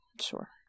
Sure